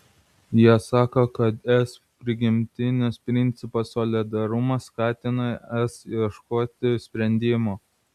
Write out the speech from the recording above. jie sako kad es prigimtinis principas solidarumas skatina es ieškoti sprendimų